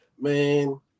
man